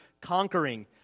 conquering